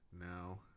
now